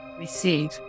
Receive